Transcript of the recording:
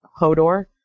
Hodor